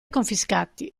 confiscati